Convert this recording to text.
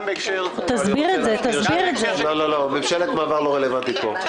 ממשלת מעבר לא רלוונטית פה.